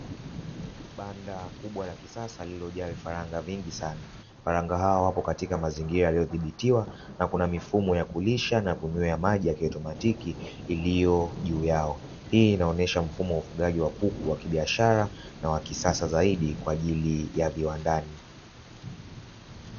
Banda kubwa la kisasa lililojaaa vifaranga vingi sana. Vifaranga hao wapo katika mazingira yaliyothibitiwa na kuna mifumo ya kulisha na kunywea maji ya kiautomatiki iliyo juu yao. Hii inaonesha mfumo wa ufugaji wa kuku wa kibiashara na wa kisasa zaidi kwa ajili ya viwandani.